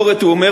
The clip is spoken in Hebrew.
הוא לא מתלהם,